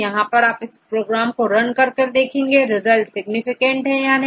यहां आप इस प्रोग्राम को रन कर यह देखेंगे कि रिजल्ट सिग्निफिकेंट है या नहीं